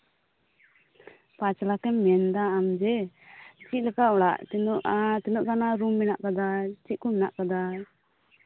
ᱯᱟᱸᱪ ᱞᱟᱠᱮᱢ ᱢᱮᱱᱫᱟ ᱟᱢ ᱡᱮ ᱪᱮᱫ ᱞᱮᱠᱟ ᱚᱲᱟᱜ ᱱᱟᱹᱜ ᱜᱟᱱ ᱨᱩᱢ ᱢᱮᱱᱟᱜ ᱠᱟᱫᱟ ᱪᱮᱫ ᱠᱚ ᱢᱮᱱᱟᱜ ᱠᱟᱫᱟ